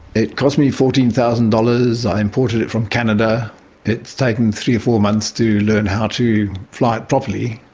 it cost me fourteen thousand dollars. i imported it from canada and it's taken three or four months to learn how to fly it properly.